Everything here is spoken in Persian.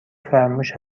فرموش